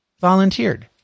volunteered